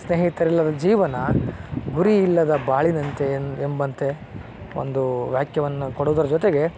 ಸ್ನೇಹಿತರಿಲ್ಲದ ಜೀವನ ಗುರಿಯಿಲ್ಲದ ಬಾಳಿನಂತೆ ಎಂದು ಎಂಬಂತೆ ಒಂದು ವ್ಯಾಖ್ಯೆಯನ್ನು ಕೊಡುವುದರ ಜೊತೆಗೆ